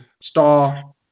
Star